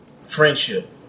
friendship